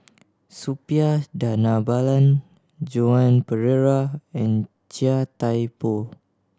Suppiah Dhanabalan Joan Pereira and Chia Thye Poh